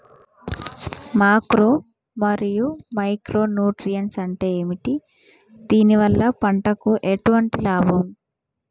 Macro మరియు micro nutrients అంటే ఏమిటి? దీనివల్ల పంటకు ఎటువంటి లాభం?